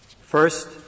First